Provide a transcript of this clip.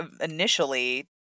initially